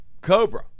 Cobra